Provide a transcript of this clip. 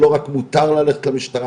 שלא רק מותר לה ללכת למשטרה,